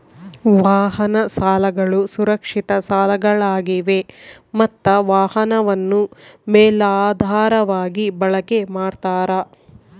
ವಾಹನ ಸಾಲಗಳು ಸುರಕ್ಷಿತ ಸಾಲಗಳಾಗಿವೆ ಮತ್ತ ವಾಹನವನ್ನು ಮೇಲಾಧಾರವಾಗಿ ಬಳಕೆ ಮಾಡ್ತಾರ